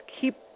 keep